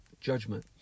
judgment